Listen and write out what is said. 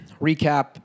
recap